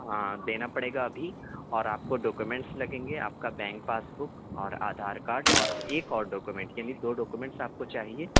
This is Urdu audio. ہاں دینا پڑے گا ابھی اور آپ کو ڈوکومینٹس لگیں گے آپ کا بینک پاس بک اور آدھار کارڈ اور ایک اور ڈوکومینٹ یعنی دو ڈوکومینٹس آپ کو چاہیے